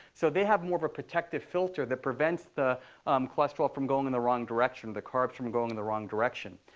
so they have more of a protective filter that prevents the cholesterol from going in the wrong direction, the carbs from going in the wrong direction.